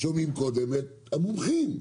שומעים קודם את המומחים.